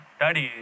daddy